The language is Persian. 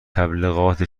تبلیغات